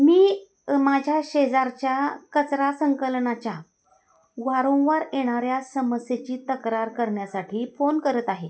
मी माझ्या शेजारच्या कचरा संकलनाच्या वारंवार येणाऱ्या समस्येची तक्रार करण्यासाठी फोन करत आहे